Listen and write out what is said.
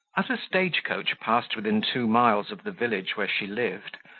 as a stage-coach passed within two miles of the village where she lived,